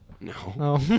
No